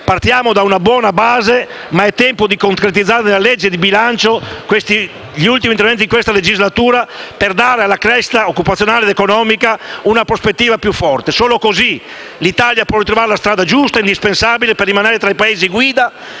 Partiamo da una buona base, ma è tempo di concretizzare nella legge di bilancio gli ultimi interventi di questa legislatura per dare alla crescita occupazionale ed economica una prospettiva più forte. Solo così l'Italia può ritrovare la strada giusta, indispensabile per rimanere fra i Paesi guida